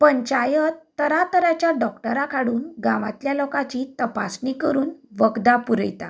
पंचायत तरातराच्या डॉक्टरांक हाडून गांवांतल्या लोकांची तपासणी करून वखदां पुरयता